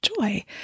joy